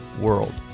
world